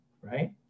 Right